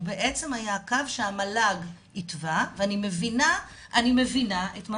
הוא היה הקו שהמל"ג התווה ואני מבינה את מה